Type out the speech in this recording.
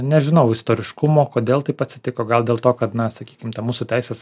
nežinau istoriškumo kodėl taip atsitiko gal dėl to kad na sakykim ta mūsų teisės